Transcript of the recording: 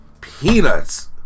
peanuts